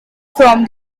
from